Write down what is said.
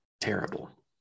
terrible